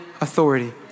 authority